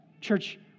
Church